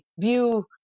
view